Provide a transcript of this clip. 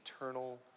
eternal